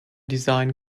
design